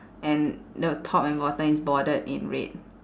and the top and bottom is bordered in red